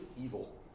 evil